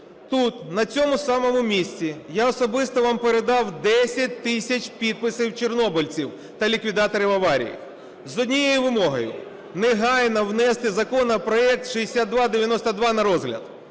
тут, на цьому самому місці, я особисто вам передав 10 тисяч підписів чорнобильців та ліквідаторів аварії з однією вимогою: негайно внести законопроект 6292 на розгляд.